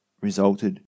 resulted